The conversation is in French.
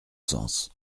sens